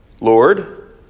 Lord